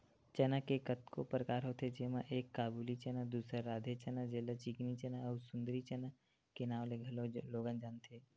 चना के कतको परकार होथे जेमा एक काबुली चना, दूसर राधे चना जेला चिकनी चना अउ सुंदरी चना के नांव ले घलोक लोगन जानथे